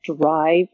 drive